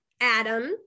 Adam